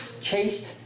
chased